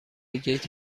گیت